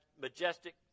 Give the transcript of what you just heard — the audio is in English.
majestic